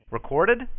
Recorded